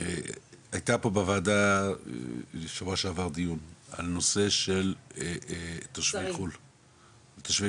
הייתה פה בוועדה בשבוע שעבר דיון על נושא של תושבי חו"ל --- כן,